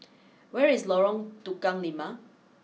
where is Lorong Tukang Lima